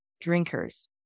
drinkers